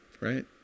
right